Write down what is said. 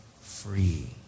free